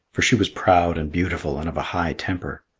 for she was proud and beautiful and of a high temper,